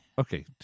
Okay